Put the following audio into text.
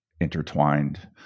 intertwined